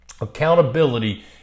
Accountability